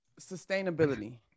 sustainability